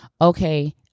okay